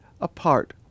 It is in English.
apart